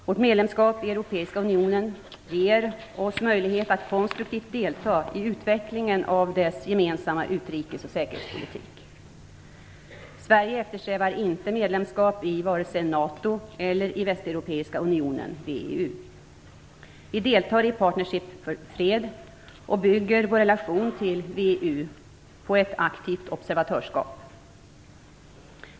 Vårt medlemskap i Europeiska unionen ger oss möjlighet att konstruktivt delta i utvecklingen av dess gemensamma utrikes och säkerhetspolitik. Sverige eftersträvar inte medlemskap i vare sig NATO eller Västeuropeiska unionen, VEU. Vi deltar i Partnerskap för fred och bygger vår relation till VEU på ett aktivt observatörskap.